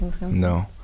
No